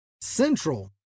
central